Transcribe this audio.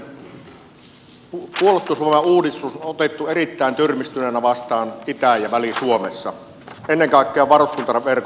puolustusvoimauudistus on otettu erittäin tyrmistyneenä vastaan itä ja väli suomessa ennen kaikkea varuskuntaverkon osalta